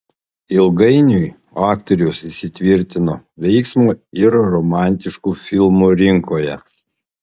ilgainiui aktorius įsitvirtino veiksmo ir romantiškų filmų rinkoje